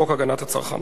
חוק הגנת הצרכן.